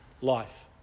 life